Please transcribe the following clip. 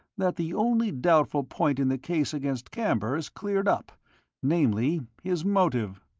that the only doubtful point in the case against camber is cleared up namely, his motive.